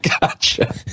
gotcha